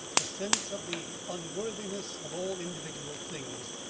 a sense of the unworthiness of all individual things,